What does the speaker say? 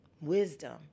wisdom